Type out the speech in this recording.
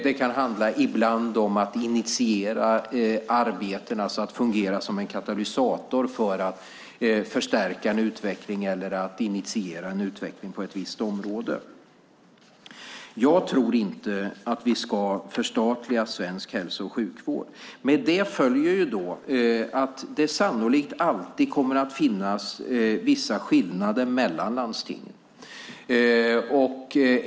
Det kan ibland handla om att initiera arbeten så att de fungerar som en katalysator för att förstärka eller initiera en utveckling på ett visst område. Jag tror inte att vi ska förstatliga svensk hälso och sjukvård. Med det följer att det sannolikt alltid kommer att finnas vissa skillnader mellan landstingen.